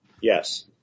Yes